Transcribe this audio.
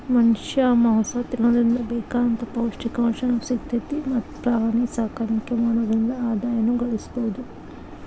ಮನಷ್ಯಾ ಮಾಂಸ ತಿನ್ನೋದ್ರಿಂದ ಬೇಕಾದಂತ ಪೌಷ್ಟಿಕಾಂಶನು ಸಿಗ್ತೇತಿ ಮತ್ತ್ ಪ್ರಾಣಿಸಾಕಾಣಿಕೆ ಮಾಡೋದ್ರಿಂದ ಆದಾಯನು ಗಳಸಬಹುದು